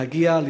להגיע,